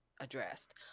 addressed